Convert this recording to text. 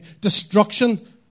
destruction